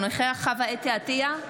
אינו נוכח חוה אתי עטייה,